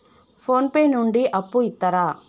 Phone pay నుండి అప్పు ఇత్తరా?